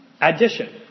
Addition